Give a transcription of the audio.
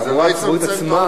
התחבורה הציבורית עצמה,